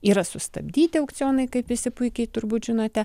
yra sustabdyti aukcionai kaip visi puikiai turbūt žinote